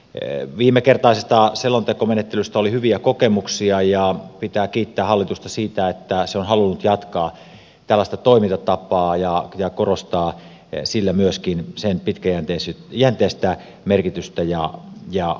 viimekertaisesta selontekomenettelystä oli hyviä kokemuksia ja pitää kiittää hallitusta siitä että se on halunnut jatkaa tällaista toimintatapaa ja korostaa sillä myöskin sen pitkäjänteistä merkitystä ja vaikutusta